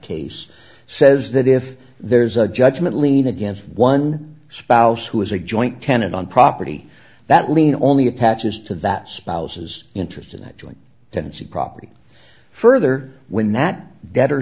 case says that if there's a judgment lien against one spouse who is a joint tenant on property that lien only attaches to that spouse's interest in that joint tenancy property further when that